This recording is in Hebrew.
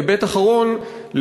והיבט אחרון,